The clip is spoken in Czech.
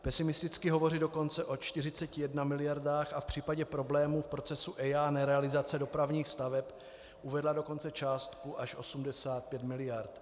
Pesimisticky hovoří dokonce o 41 mld. a v případě problémů v procesu EIA nerealizace dopravních staveb uvedla dokonce částku až 85 mld.